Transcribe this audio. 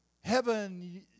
Heaven